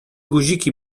guziki